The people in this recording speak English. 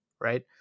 Right